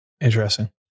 Interesting